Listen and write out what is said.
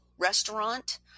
restaurant